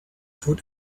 food